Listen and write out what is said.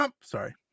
Sorry